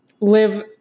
live